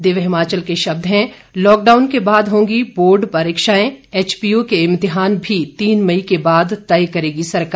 दिव्य हिमाचल के शब्द हैं लॉकडाउन के बाद होंगी बोर्ड परीक्षाएं एचपीयू के इम्तिहान भी तीन मई के बाद तय करेगी सरकार